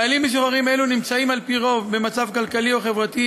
חיילים משוחררים אלה נמצאים על-פי רוב במצב כלכלי או חברתי